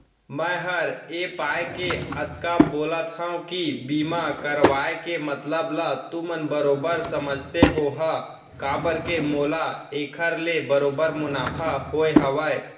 मैं हर ए पाय के अतका बोलत हँव कि बीमा करवाय के मतलब ल तुमन बरोबर समझते होहा काबर के मोला एखर ले बरोबर मुनाफा होय हवय